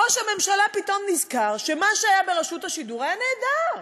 ראש הממשלה פתאום נזכר שמה שהיה ברשות השידור היה נהדר.